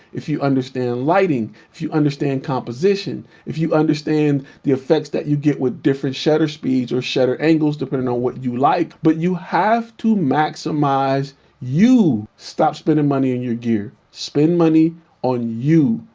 if you understand lighting, if you understand composition, if you understand the effects that you get with different shutter speeds or shutter angles depending on what you like, but you have to maximize you stop spending money in your gear, spend money on you.